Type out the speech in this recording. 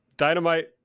Dynamite